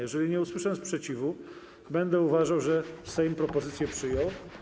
Jeżeli nie usłyszę sprzeciwu, będę uważał, że Sejm propozycję przyjął.